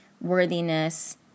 worthiness